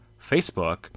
Facebook